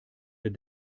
der